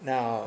Now